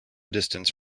distance